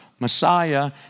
Messiah